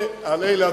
על אלה,